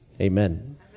Amen